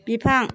बिफां